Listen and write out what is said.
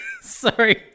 sorry